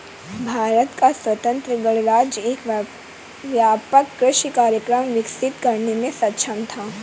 भारत का स्वतंत्र गणराज्य एक व्यापक कृषि कार्यक्रम विकसित करने में सक्षम था